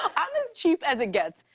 i'm as cheap as it gets.